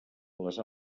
les